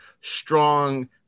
strong